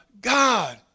God